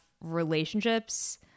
relationships